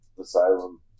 Asylum